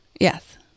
Yes